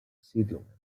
siedlungen